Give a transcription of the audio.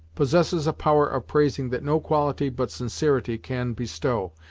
possesses a power of praising that no quality but sincerity can bestow,